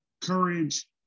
Courage